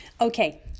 Okay